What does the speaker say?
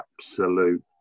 absolute